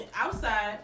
outside